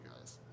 guys